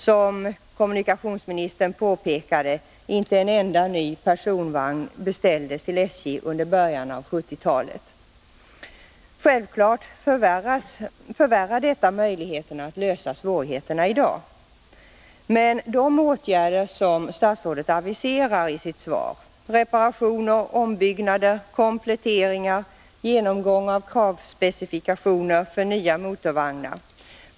Som kommunikationsministern påpekade beställdes inte en enda ny personvagn till SJ under början av 1970-talet. Självfallet förvärrar detta möjligheterna att klara svårigheterna i dag. Men varför kommer inte förrän nu de åtgärder som statsrådet aviserar i sitt svar, dvs. reparationer, ombyggnader, kompletteringar och genomgång av kravspecifikationer för nya motorvagnar?